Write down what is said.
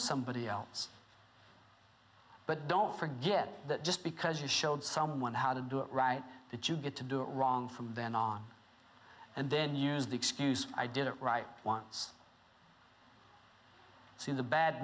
somebody else but don't forget that just because you showed someone how to do it right that you get to do it wrong from then on and then use the excuse i did it right once it's in the bad